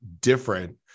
different